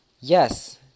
Yes